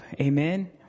Amen